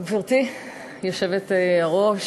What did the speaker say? גברתי היושבת-ראש,